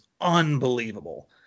unbelievable